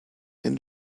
and